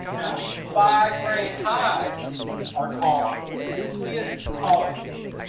now these five-frame hives are call nucleus colonies.